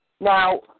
Now